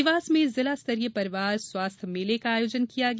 देवास में जिला स्तरीय परिवार स्वास्थ्य मेला का आयोजन किया गया